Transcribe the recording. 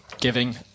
giving